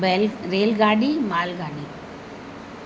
बैल रेलगाॾी मालगाॾी